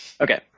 okay